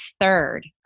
third